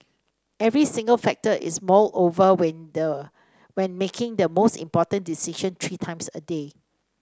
every single factor is mulled over when the when making the most important decision three times a day